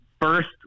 first